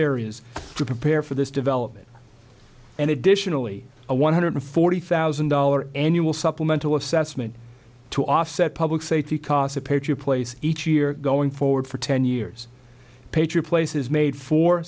areas to prepare for this development and additionally a one hundred forty thousand dollars annual supplemental assessment to offset public safety costs appear to place each year going forward for ten years pager places made for